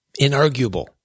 inarguable